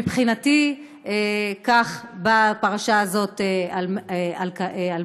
מבחינתי, כך באה הפרשה הזאת על מקומה.